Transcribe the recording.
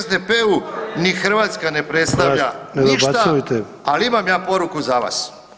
SDP-u ni Hrvatska ne predstavlja ništa, al imam ja poruku za vas.